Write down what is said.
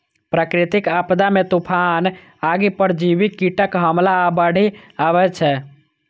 प्राकृतिक आपदा मे तूफान, आगि, परजीवी कीटक हमला आ बाढ़ि अबै छै